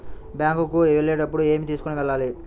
Bank కు వెళ్ళేటప్పుడు ఏమి తీసుకొని వెళ్ళాలి?